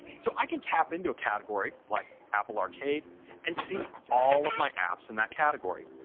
so i can tap into a category like apple arcade and see all of my apps in that category.